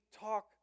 talk